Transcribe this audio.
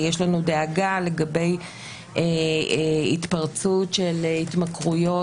יש לנו דאגה לגבי התפרצות של התמכרויות